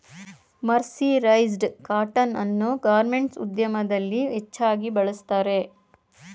mercerised cotton ಅನ್ನು garments ಉದ್ಯಮದಲ್ಲಿ ಹೆಚ್ಚಾಗಿ ಬಳ್ಸತ್ತರೆ